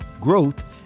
growth